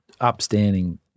upstanding –